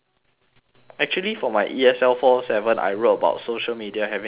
actually for my E_S_L four seven I wrote about social media having an impact